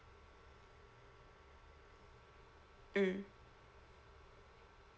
mm